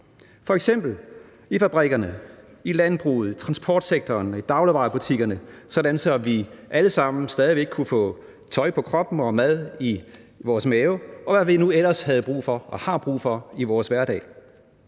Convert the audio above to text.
f.eks. i fabrikkerne, i landbruget, i transportsektoren og i dagligvarebutikkerne, sådan at vi alle sammen stadig væk kunne få tøj på kroppen og mad i vores mave, og hvad vi nu ellers havde brug for og har brug for i vores hverdag,